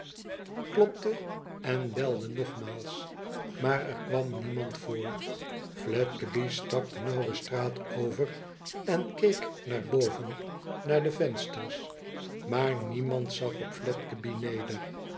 klopte en belde nogmaals maar er kwam niemand voor fledgeby stak de nauwe straat over en keek naar boven naar de vensters maar niemand zag op fledgeby neder